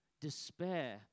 despair